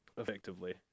effectively